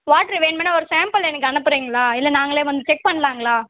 water வேணுமுன்னால் ஒரு sample எனக்கு அனுப்புகிறீங்களா இல்லை நாங்களே வந்து செக் பண்ணலாங்களா